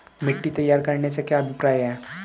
मिट्टी तैयार करने से क्या अभिप्राय है?